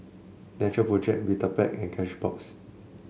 Natural Project Vitapet and Cashbox